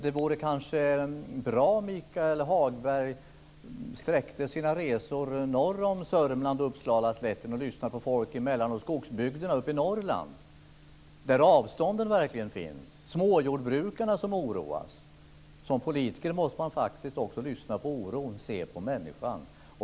De vore kanske bra om Michael Hagberg sträckte sina resor norr om Sörmland och Uppsalaslätten och lyssnade på folk i mellan och skogsbygderna uppe i Norrland, där avstånden verkligen finns - småjordbrukarna som oroas. Som politiker måste man faktiskt också lyssna på oron och se på människan.